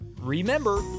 Remember